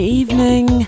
evening